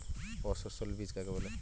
অসস্যল বীজ কাকে বলে?